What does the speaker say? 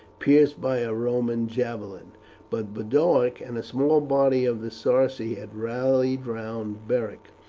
pierced by a roman javelin but boduoc and a small body of the sarci had rallied round beric,